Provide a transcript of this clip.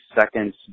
seconds